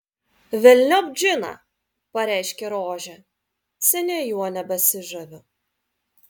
velniop džiną pareiškė rožė seniai juo nebesižaviu